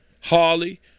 Harley